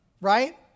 right